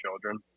children